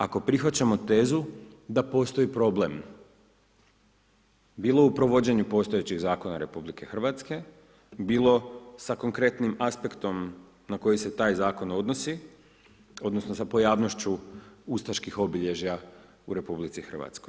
ako prihvaćamo tezu da postoji problem, bilo u provođenju postojećih zakona RH, bilo sa konkretnim aspektom na koji se taj zakon odnosi, odnosno sa pojavnošću ustaških obilježja u RH.